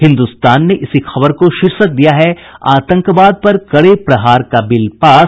हिन्दुस्तान ने इसी खबर को शीर्षक दिया है आतंकवाद पर कड़े प्रहार का बिल पास